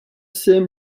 same